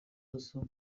duzu